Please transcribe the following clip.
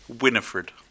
Winifred